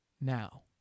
Now